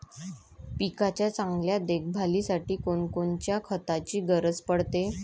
पिकाच्या चांगल्या देखभालीसाठी कोनकोनच्या खताची गरज पडते?